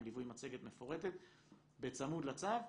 עם ליווי מצגת מפורטת בצמוד לצו,